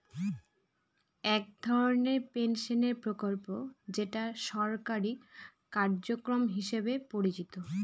এক ধরনের পেনশনের প্রকল্প যেটা সরকারি কার্যক্রম হিসেবে পরিচিত